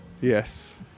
Yes